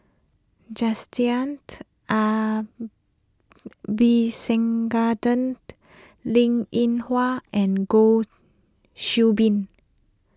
Jacintha Abisheganaden Linn in Hua and Goh Qiu Bin